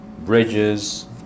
bridges